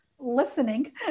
listening